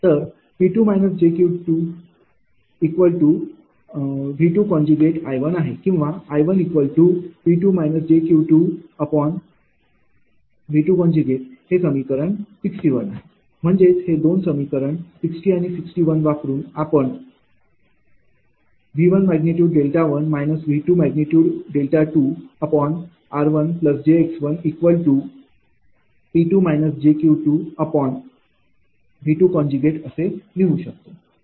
तर 𝑃−𝑗𝑄V 𝐼 आहे किंवा I𝑃−𝑗𝑄V हे समीकरण 61 आहे म्हणजेच हे दोन समीकरण 60 आणि 61 वापरून आपण V11 V22 rjx𝑃−𝑗𝑄V असे लिहू शकतो